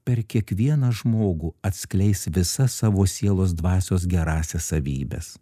per kiekvieną žmogų atskleis visas savo sielos dvasios gerąsias savybes